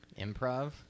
improv